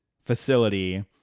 facility